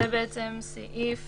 זה בעצם סעיף